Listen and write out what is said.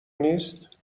نیست